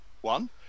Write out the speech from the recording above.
one